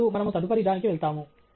ఇప్పుడు మనము తదుపరి దానికి వెళ్తాము